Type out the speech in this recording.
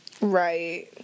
Right